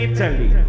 Italy